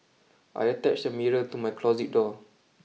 I attached a mirror to my closet door